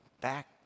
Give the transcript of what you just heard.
back